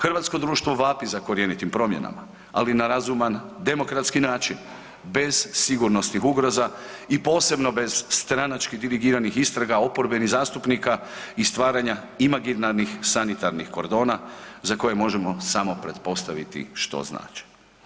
Hrvatsko društvo vapi za korjenitim promjenama, ali na razuman demokratski način, bez sigurnosnih ugroza i posebno bez stranački dirigiranih istraga oporbenih zastupnika i stvaranja imaginarnih sanitarnih kordona za koje možemo samo pretpostaviti što znače.